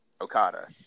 Okada